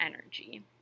energy